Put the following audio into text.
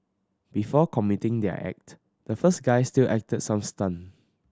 before committing their act the first guy still acted some stunt